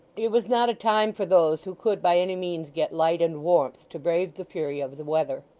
it was not a time for those who could by any means get light and warmth, to brave the fury of the weather.